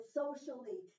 socially